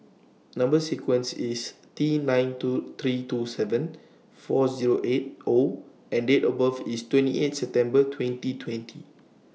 Number sequence IS T nine two three two seven four Zero eight O and Date of birth IS twenty eight September twenty twenty